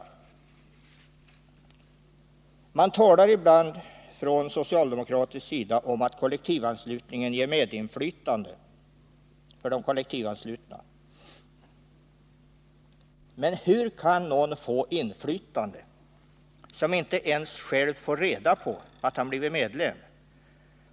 a Man talar ibland från socialdemokratisk sida om att kollektivanslutningen ger medinflytande för de kollektivanslutna. Men hur kan någon få inflytande som inte ens själv får reda på att han blivit medlem?